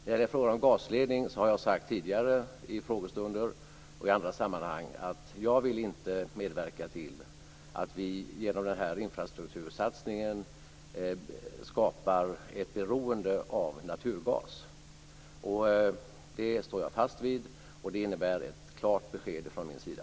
Beträffande gasledningen har jag sagt vid tidigare frågestunder och i andra sammanhang att jag inte vill medverka till att vi genom denna infrastruktursatsning skapar ett beroende av naturgas, och det står jag fast vid. Det innebär ett klart besked från min sida.